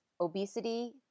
obesity